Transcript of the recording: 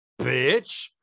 bitch